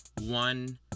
one